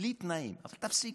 בלי תנאים, אבל תפסיקו,